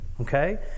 Okay